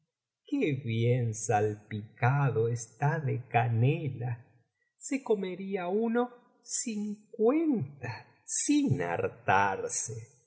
qué bien salpicado está de canela se comería uno cincuenta sin hartarse